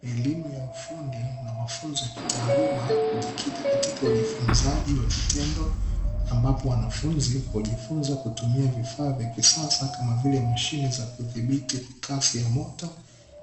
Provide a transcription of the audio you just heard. Elimu ya ufundi na mafunzo ya kitaaluma hujikita katika ujifunzaji wa vitendo ambapo wanafunzi hujifunza kutumia vifaa vya kisasa kama vile mashine za kudhibiti kasi ya mota